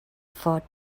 for